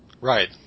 Right